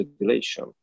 regulation